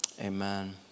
Amen